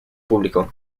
público